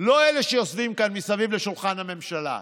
לא אלה שיושבים כאן מסביב לשולחן הממשלה.